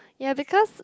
ya because